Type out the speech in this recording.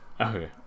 Okay